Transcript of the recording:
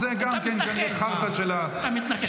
זה גם חרטה של ההמצאה,